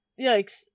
Yikes